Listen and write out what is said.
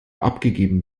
abgegeben